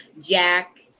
Jack